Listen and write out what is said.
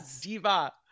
diva